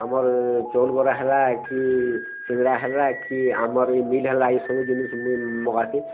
ଆମର୍ ଚାଉଲ୍ ବରା ହେଲା କି ସିଙ୍ଗଡ଼ା ହେଲା କି ଆମର ଇ ମିଲ୍ ହେଲା ଇ ସବୁ ଜିନିଷ୍ ମୁଇଁ ମଗାସି